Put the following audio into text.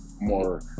more